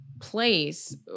place